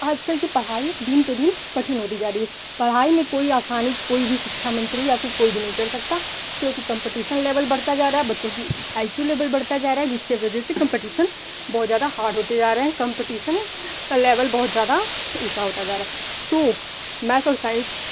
आज कल की पढ़ाई दिन पर दिन कठिन होती जा रही है पढ़ाई में कोई आसानी कोई भी शिक्षा मंत्री या कोई भी नहीं कर सकता क्योंकि कंपिटिसन लेवल बढ़त जा रहा है बच्चों की आई क्यू लेवल बढ़ता जा रहा है जिससे वजह से कंपिटिसन बहुत ज़्यादा हार्ड होते जा रहा है कंपिटिसन का लेवल बहुत ज़्यादा ऊँचा होता जा रहा है सो मैथ और साइंस